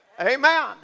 Amen